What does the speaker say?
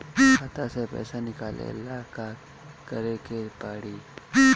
खाता से पैसा निकाले ला का करे के पड़ी?